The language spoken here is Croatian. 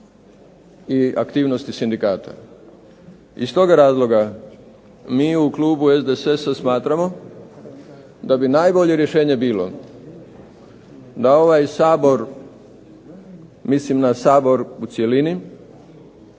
i aktivnosti sindikata. Iz toga razloga mi u klubu SDSS-a smatramo da bi najbolje rješenje bilo da ovaj Sabor, mislim na Sabor u cjelini,